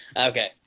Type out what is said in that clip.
Okay